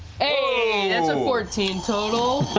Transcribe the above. a and so fourteen total